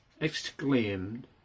exclaimed